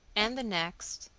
and the next,